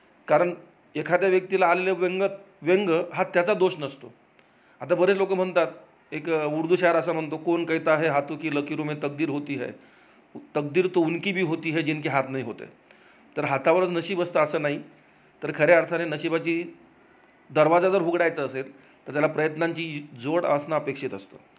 कारण एखाद्या व्यक्तीला आलेले व्यंगत्व व्यंग हा त्याचा दोष नसतो आता बरेच लोकं म्हणतात एक उर्दू शायर असं म्हणतो कौन कहता है हातोकी लकीरोमे तकदीर होती हे तकदीर तो उनकी भी होती हे जिनके हात नही होते तर हातावरच नशीब असतं असं नाही तर खऱ्या अर्थाने नशीबाची दरवाजा जर उघडायचं असेल तर त्याला प्रयत्नांची जोड असणं अपेक्षित असतं